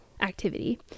activity